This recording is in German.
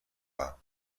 war